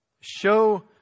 show